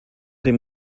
dem